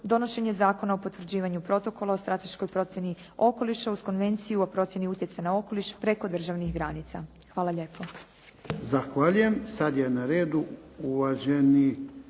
donošenje Zakona o potvrđivanju Protokola o strateškoj procjeni okoliša uz Konvenciju o procjeni utjecaja na okoliš preko državnih granica. Hvala lijepo.